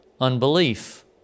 unbelief